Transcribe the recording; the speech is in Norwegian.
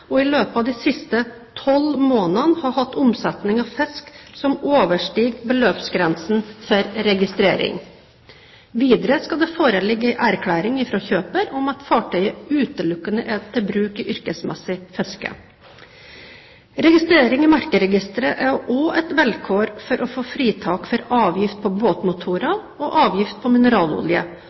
og i løpet av de siste 12 måneder har hatt omsetning av fisk som overstiger beløpsgrensen for registrering. Videre skal det foreligge en erklæring fra kjøper om at fartøyet utelukkende er til bruk i yrkesmessig fiske. Registrering i merkeregisteret er også et vilkår for å få fritak for avgift på båtmotorer og avgift på mineralolje,